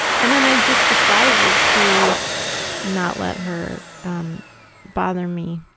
and then i just decided to not let her um bother me.